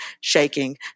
shaking